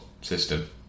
system